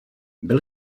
byl